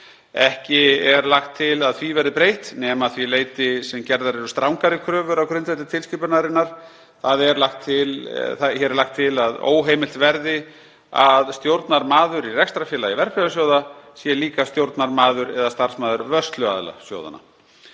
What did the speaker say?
Ekki er lagt til að því verði breytt, nema að því leyti sem gerðar eru strangari kröfur á grundvelli tilskipunarinnar, þ.e. lagt er til að óheimilt verði að stjórnarmaður í rekstrarfélagi verðbréfasjóða sé líka stjórnarmaður eða starfsmaður vörsluaðila sjóðanna.